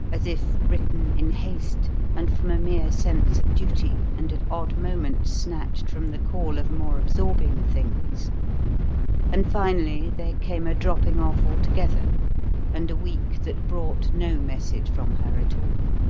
as if written in haste and from a mere sense of duty and at odd moments snatched from the call of more absorbing things and, finally, there came a dropping off altogether and a week that brought no message from her at all.